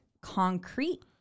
concrete